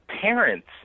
parents